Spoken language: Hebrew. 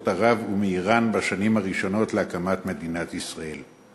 ערב ומאיראן בשנים הראשונות לאחר הקמת מדינת ישראל.